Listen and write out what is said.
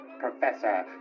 Professor